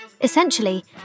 Essentially